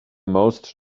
most